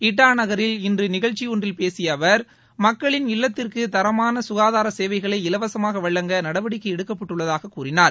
இட்டா நகரில் இன்று நிகழ்ச்சி ஒன்றில் பேசிய அவர் மக்களின் இல்லத்திற்கு தரமான சுகாதார சேவைகளை இலவசமாக வழங்க நடவடிக்கை எடுக்கப்பட்டுள்ளதாக கூறினார்